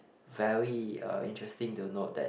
very uh interesting to note that